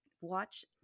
watch